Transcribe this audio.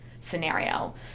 scenario